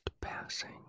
passing